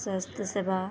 ସ୍ୱାସ୍ଥ୍ୟ ସେବା